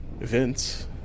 events